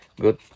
Good